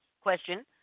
question